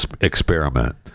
experiment